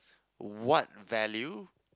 what value